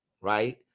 right